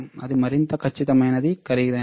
ఇది మరింత ఖచ్చితమైనది ఖరీదైనది